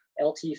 LT